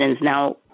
Now